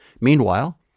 Meanwhile